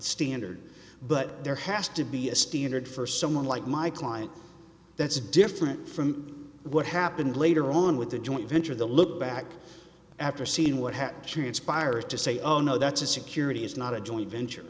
standard but there has to be a standard for someone like my client that's different from what happened later on with the joint venture the look back after seeing what happed transpired to say oh no that's a security is not a joint venture